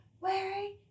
wearing